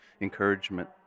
encouragement